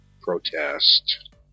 protest